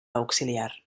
auxiliar